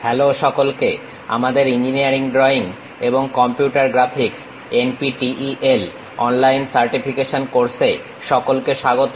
hello সকলকে আমাদের engineering drawing এবং computer graphics NPTEL online certification course এ সকলকে স্বাগত